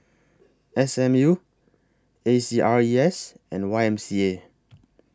S M U A C R E S and Y M C A